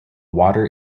water